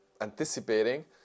anticipating